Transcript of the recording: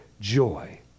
joy